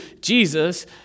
Jesus